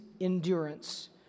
endurance